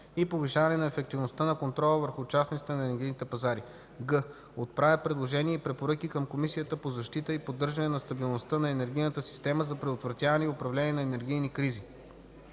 и повишаване на ефективността на контрола върху участниците на енергийните пазари; г) отправя предложения и препоръки към комисията по защита и поддържане на стабилността на енергийната система, за предотвратяване и управление на енергийни кризи.